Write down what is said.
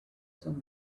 some